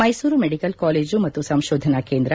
Mysuru medical college ಮತ್ತು ಸಂಶೋಧನಾ ಕೇಂದ್ರ